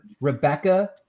Rebecca